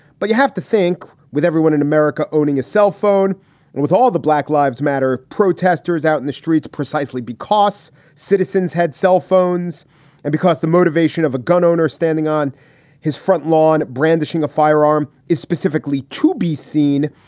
but you have to think with everyone in america owning a cell phone and with all the black lives matter protesters out in the streets, precisely because citizens had cell phones and because the motivation of a gun owner standing on his front lawn brandishing a firearm is specifically to be seen.